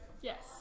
Yes